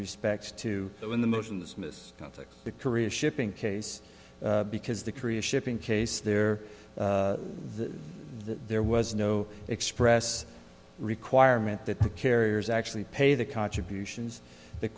respect to that when the motions missed something the korea shipping case because the korea shipping case there the there was no express requirement that the carriers actually pay the contributions the